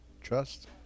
trust